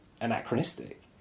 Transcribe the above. anachronistic